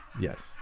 Yes